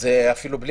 זה מובן